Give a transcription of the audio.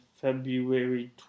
February